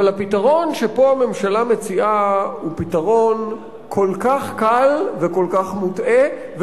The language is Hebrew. אבל הפתרון שהממשלה מציעה פה הוא פתרון כל כך קל וכל כך מוטעה,